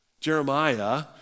Jeremiah